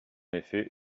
effet